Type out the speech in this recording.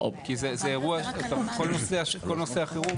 זה אירוע שכל נושא החירום